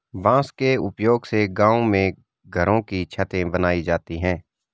बांस के उपयोग से गांव में घरों की छतें बनाई जाती है